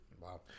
Wow